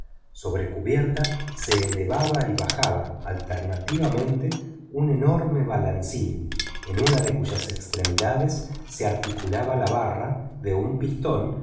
sobre cubierta se elevaba y bajaba alternativamente un enorme balancín en una de cuyas extremidades se articulaba la barra de un pistón